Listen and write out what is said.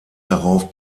darauf